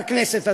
בכנסת הזאת.